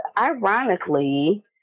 ironically